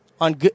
on